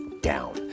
down